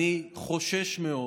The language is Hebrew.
אני חושש מאוד